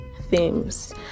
themes